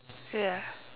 ya